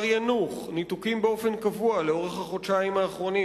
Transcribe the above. בכפר יאנוח ניתוקים באופן קבוע לאורך החודשיים האחרונים,